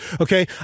okay